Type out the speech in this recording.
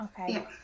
okay